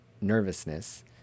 nervousness